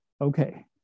Okay